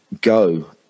go